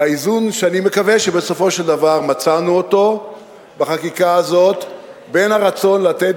והאיזון שאני מקווה שבסופו של דבר מצאנו אותו בחקיקה הזאת בין הרצון לתת